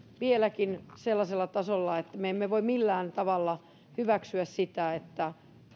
vieläkin sellaisella tasolla että me emme voi millään tavalla hyväksyä sitä että